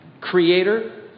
creator